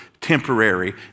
temporary